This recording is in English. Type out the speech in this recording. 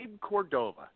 Cordova